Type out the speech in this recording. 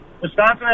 Wisconsin